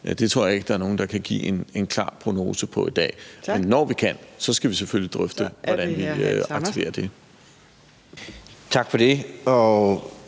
tror jeg ikke nogen kan give en klar prognose på i dag. Men når vi kan, skal vi selvfølgelig drøfte, hvordan vi rangerer det. Kl.